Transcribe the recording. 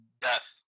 Death